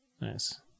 Nice